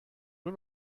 nur